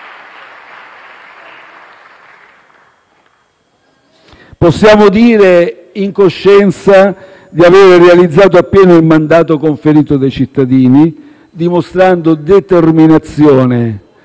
Possiamo dire in coscienza di aver realizzato appieno il mandato conferito dai cittadini, dimostrando determinazione